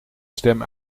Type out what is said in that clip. stem